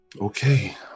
Okay